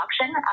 option